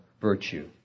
virtue